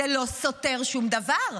זה לא סותר שום דבר.